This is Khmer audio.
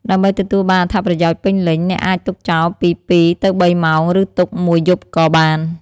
ដើម្បីទទួលបានអត្ថប្រយោជន៍ពេញលេញ អ្នកអាចទុកចោលពី ២ ទៅ ៣ ម៉ោង ឬទុកមួយយប់ក៏បាន។